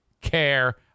care